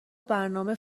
برنامه